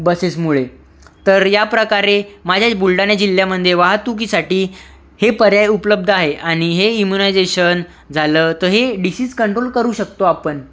बसेसमुळे तर याप्रकारे माझ्या बुलढाणा जिल्ह्यामध्ये वाहतुकीसाठी हे पर्याय उपलब्ध आहे आणि हे इंमुनाईझेशन झालं तर ही डिसिज कंट्रोल करू शकतो आपण